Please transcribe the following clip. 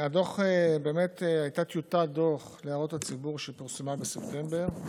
באמת הייתה טיוטת דוח להערות הציבור שפורסמה בספטמבר.